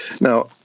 Now